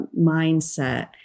mindset